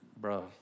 bro